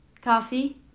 coffee